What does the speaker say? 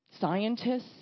Scientists